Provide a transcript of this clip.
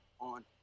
on